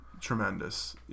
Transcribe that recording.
tremendous